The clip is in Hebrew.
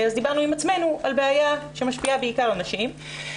אז דיברנו עם עצמנו על בעיה שמשפיעה בעיקר על נשים.